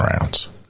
rounds